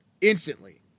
instantly